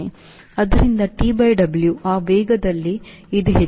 ಆದ್ದರಿಂದ TW ಆ ವೇಗದಲ್ಲಿ ಇದು ಹೆಚ್ಚು